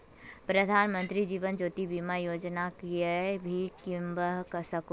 प्रधानमंत्री जीवन ज्योति बीमा योजना कोएन भी किन्वा सकोह